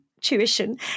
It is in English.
tuition